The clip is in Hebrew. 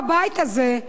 בבית הזה,